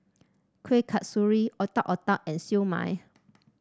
Kueh Kasturi Otak Otak and Siew Mai